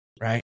Right